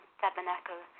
tabernacle